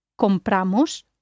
compramos